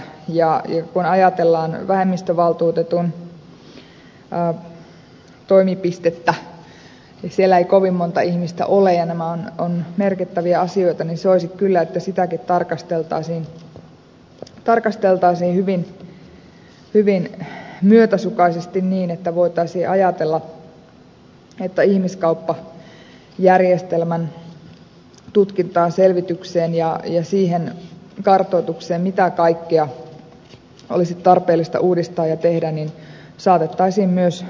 kun ajatellaan vähemmistövaltuutetun toimipistettä ja siellä ei kovin monta ihmistä ole ja nämä ovat merkittäviä asioita niin soisi kyllä että sitäkin tarkasteltaisiin hyvin myötäsukaisesti niin että voitaisiin ajatella että ihmiskauppajärjestelmän tutkintaan selvitykseen ja siihen kartoitukseen mitä kaikkea olisi tarpeellista uudistaa ja tehdä saatettaisiin myös